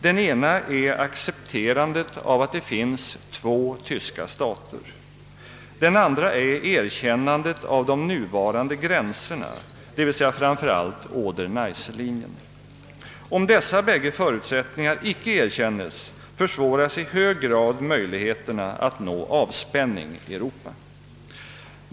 Den ena är accepterandet av att det finns två tyska stater. Den andra är erkännandet av de nuvarande gränserna, d.v.s. framför allt av Oder-Neisselinjen. Om dessa bägge förutsättningar icke erkänns försvåras i hög grad möjligheterna att nå avspänning i Europa.